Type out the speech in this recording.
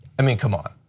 i mean, come on.